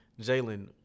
jalen